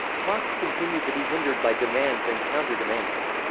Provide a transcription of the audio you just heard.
talks continued to be hindered by demands and counter-demands.